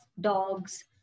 dogs